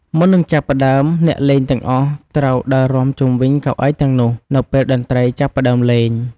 មុននឹងចាប់ផ្តើម អ្នកលេងទាំងអស់ត្រូវដើររាំជុំវិញកៅអីទាំងនោះ នៅពេលតន្ត្រីចាប់ផ្តើមលេង។